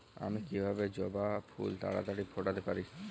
আমি কিভাবে জবা ফুল তাড়াতাড়ি ফোটাতে পারি?